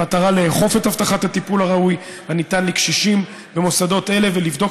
במטרה לאכוף את הבטחת הטיפול הראוי הניתן לקשישים במוסדות אלה ולבדוק